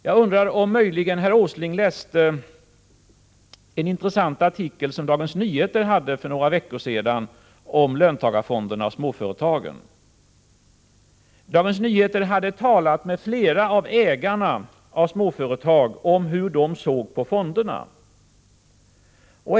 Jag undrar om möjligen herr Åsling läste en intressant artikel i Dagens Nyheter för några veckor sedan om löntagarfonderna och småföretagen. Dagens Nyheter hade talat med flera av ägarna i småföretagen om hur de såg på fonderna.